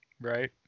right